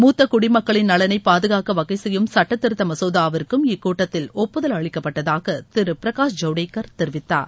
மூத்த குடிமக்களின் நலனை பாதுகாக்க வகை செய்யும் சுட்டத்திருத்த மசோதாவிற்கும் இக்கூட்டத்தில் ஒப்புதல் அளிக்கப்பட்டதாக திரு பிரகாஷ் ஜவ்டேகர் தெரிவித்தார்